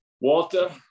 Walter